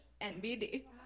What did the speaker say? NBD